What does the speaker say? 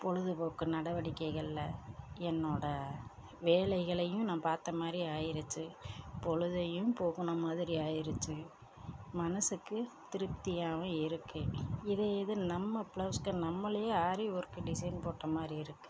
பொழுதுபோக்கு நடவடிக்கைகளில் என்னோடய வேலைகளையும் நான் பார்த்த மாதிரி ஆயிருச்சு பொழுதையும் போக்கின மாதிரியும் ஆயிருச்சு மனதுக்கு திருப்தியாவும் இருக்குது இதே இது நம்ம பிளவுஸ்க்கு நம்மளே ஆரி ஒர்க்கு டிசைன் போட்ட மாதிரி இருக்குது